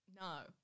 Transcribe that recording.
No